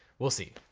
we'll see,